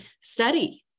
study